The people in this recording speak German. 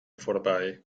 vorbei